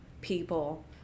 people